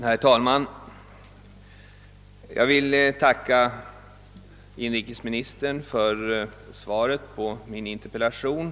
Herr talman! Jag vill tacka inrikesministern för svaret på min interpellation.